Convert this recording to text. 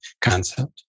concept